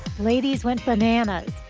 ladies went bananas.